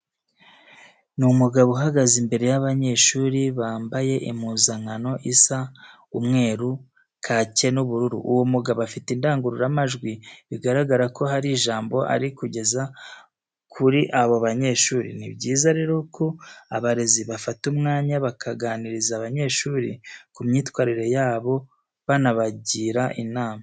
Ni umugabo uhagaze imbere y'abanyeshuri bambaye impuzankano isa umweru, kake n'ubururu. Uwo mugabo afite indangururamajwi bigaragara ko hari ijambo ari kugeza kuri abo banyeshuri. Ni byiza rero ko abarezi bafata umwanya bakaganiriza abanyeshuri ku myitwarire yabo banabagira inama.